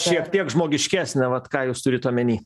šiek tiek žmogiškesnę vat ką jūs turit omeny